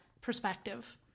perspective